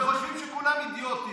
וחושבים שכולם אידיוטים.